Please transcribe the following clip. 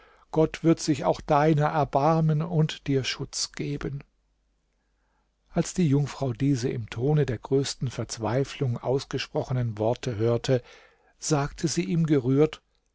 gott wird sich auch deiner erbarmen und dir schutz geben als die jungfrau diese im tone der größten verzweiflung ausgesprochenen worte hörte sagte sie ihm gerührt